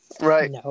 Right